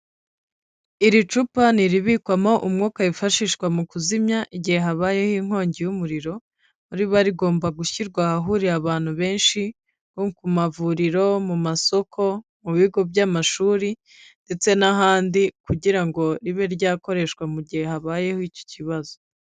Iri cupa ni iribikwamo umwuka wifashishwa mu kuzimya igihe habayeho inkongi y'umuriro, riba rigomba gushyirwa ahahurira abantu benshi nko ku mavuriro, mu masoko, mu bigo by'amashuri ndetse n'ahandi kugira ngo ribe ryakoreshwa mu gihe habayeho iki kibazo.